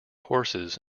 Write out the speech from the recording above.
horses